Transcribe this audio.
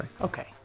Okay